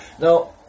now